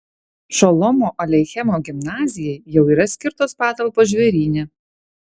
šolomo aleichemo gimnazijai jau yra skirtos patalpos žvėryne